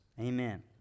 Amen